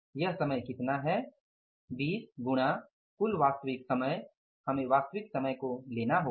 यह समय कितना है 20 गुणा कुल वास्तविक समय हमें वास्तविक समय को लेना होगा